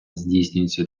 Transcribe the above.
здійснюється